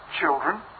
children